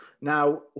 Now